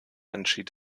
entschied